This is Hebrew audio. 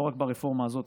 לא רק ברפורמה הזאת,